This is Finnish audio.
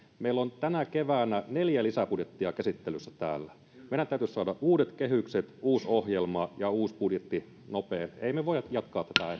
meillä on tänä keväänä neljä lisäbudjettia käsittelyssä täällä meidän täytyisi saada uudet kehykset uusi ohjelma ja uusi budjetti nopeasti emme voi jatkaa